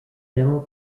now